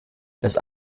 dass